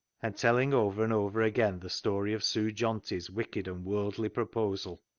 and telling over and over again the story of sue johnty's wicked and worldly proposal,